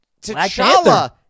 t'challa